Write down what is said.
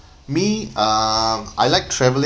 me uh I like travelling